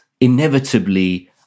inevitably